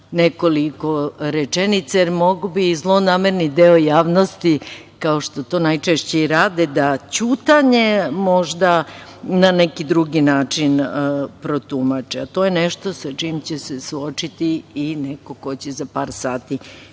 nekoliko rečenica, jer mogao bi zlonamerni deo javnosti, kao što to najčešće i rade, da ćutanje možda na neki drugi način protumače. To je nešto sa čime će se suočiti i neko ko će za par sati